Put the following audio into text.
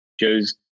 Joe's